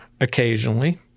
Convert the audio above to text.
occasionally